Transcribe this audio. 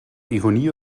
ironie